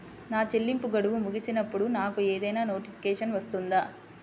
నా చెల్లింపు గడువు ముగిసినప్పుడు నాకు ఏదైనా నోటిఫికేషన్ వస్తుందా?